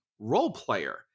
Roleplayer